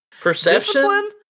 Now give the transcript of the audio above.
Perception